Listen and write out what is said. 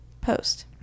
post